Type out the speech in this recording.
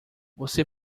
você